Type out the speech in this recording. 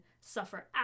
suffer